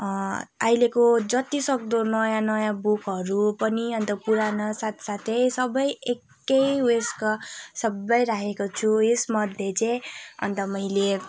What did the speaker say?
अहिलेको जतिसक्दो नयाँ नयाँ बुकहरू पनि अन्त पुराना साथसाथै सबै एकै उयसका सबै राखेको छु यसमध्ये चाहिँ अन्त मैले